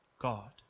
God